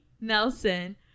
Nelson